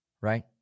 right